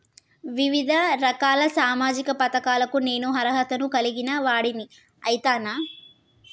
వివిధ రకాల సామాజిక పథకాలకు నేను అర్హత ను కలిగిన వాడిని అయితనా?